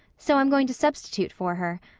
so i'm going to substitute for her.